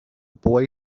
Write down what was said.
boy